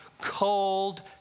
cold